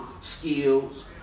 skills